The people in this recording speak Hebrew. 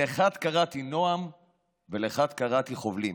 לאחד קראתי נֹעם ולאחד קראתי חֹבלים".